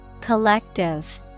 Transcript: Collective